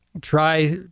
try